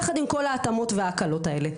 יחד עם כל ההתאמות וההקלות האלה.